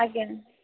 ଆଜ୍ଞା